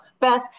Beth